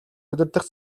удирдах